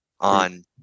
on